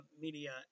media –